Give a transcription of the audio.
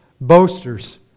boasters